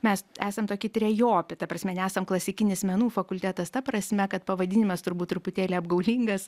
mes esam tokie trejopi ta prasme nesam klasikinis menų fakultetas ta prasme kad pavadinimas turbūt truputėlį apgaulingas